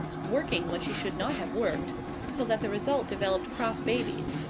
working when she should not have worked so that the result developed cross babies,